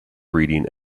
reading